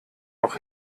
auch